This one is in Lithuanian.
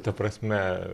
ta prasme